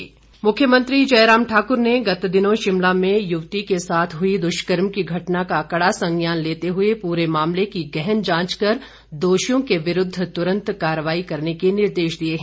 मुख्यमंत्री मुख्यमंत्री जयराम ठाकुर ने गत दिन शिमला में युवती के साथ हुई दुष्कर्म की घटना का कड़ा संज्ञान लेते हुए पूरे मामले की गहन जांच कर दोषियों के विरूद्व तुरन्त कार्रवाई करने के निर्देश दिए हैं